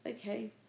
okay